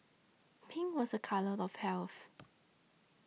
pink was a colour of health